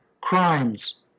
crimes